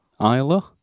Isla